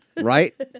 right